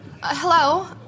Hello